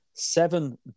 seven